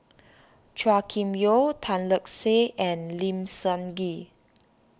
Chua Kim Yeow Tan Lark Sye and Lim Sun Gee